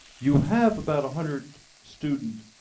you have about a hundred student